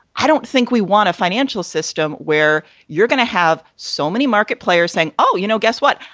i don't think we want a financial system where you're gonna have so many market players saying, oh, you know, guess what?